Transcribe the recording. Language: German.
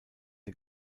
der